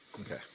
Okay